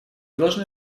должны